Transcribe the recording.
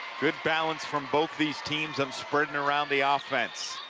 good balance from both these teams and spreading around the ah offense.